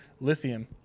Lithium